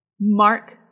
mark